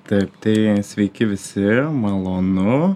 taip tai sveiki visi malonu